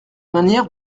manière